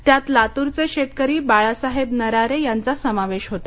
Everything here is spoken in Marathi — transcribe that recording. त्यात लातूरचे शेतकरी बाळासाहेब नरारे यांचा समावेश होता